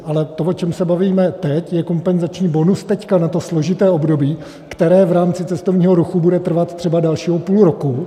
Ale to, o čem se bavíme teď, je kompenzační bonus teď na to složité období, které v rámci cestovního ruchu bude trvat třeba dalšího půlroku.